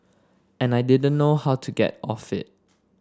and I didn't know how to get off it